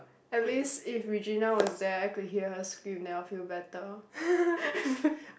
at least if Regina was there I could hear her scream then I will feel better